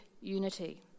unity